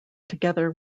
together